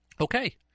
okay